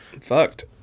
fucked